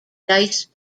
dice